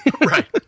Right